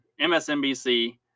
MSNBC